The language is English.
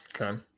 Okay